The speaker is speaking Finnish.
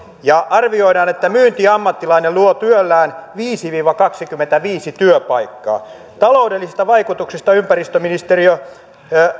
ja arvioidaan että myyntiammattilainen luo työllään viisi viiva kaksikymmentäviisi työpaikkaa taloudellisista vaikutuksista ympäristöministeriö